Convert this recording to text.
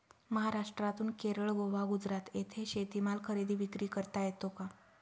महाराष्ट्रातून केरळ, गोवा, गुजरात येथे शेतीमाल खरेदी विक्री करता येतो का?